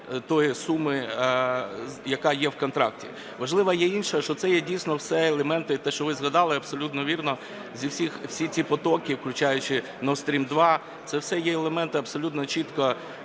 тієї суми, яка є в контракті. Важливо є інше, що це є дійсно все елементи, те, що ви згадали, абсолютно вірно, всі ці потоки, включаючи Nord Stream-2, це все є елементи абсолютно чітко